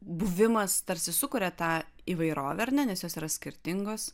buvimas tarsi sukuria tą įvairovę ar ne nes jos yra skirtingos